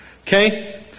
Okay